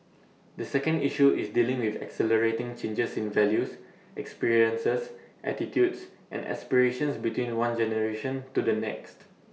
the second issue is dealing with accelerating changes in values experiences attitudes and aspirations between one generation to the next